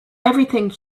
everything